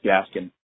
Gaskin